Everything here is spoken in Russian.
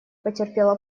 потерпела